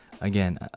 again